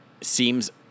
seems